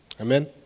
Amen